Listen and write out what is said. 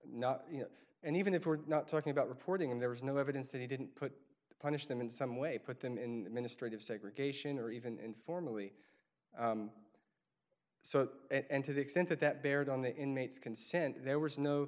not you know and even if we're not talking about reporting there was no evidence that he didn't put punish them in some way put them in the ministry of segregation or even informally so and to the extent that that baird on the inmates consent there was no